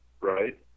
Right